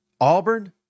Auburn